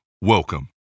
Welcome